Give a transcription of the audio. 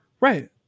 right